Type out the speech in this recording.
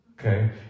okay